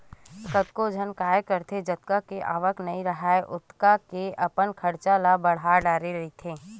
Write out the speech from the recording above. कतको झन काय करथे जतका के आवक नइ राहय ओतका के अपन खरचा ल बड़हा डरे रहिथे